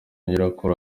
nyirakuru